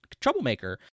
troublemaker